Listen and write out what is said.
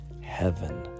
heaven